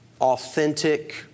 authentic